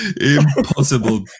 Impossible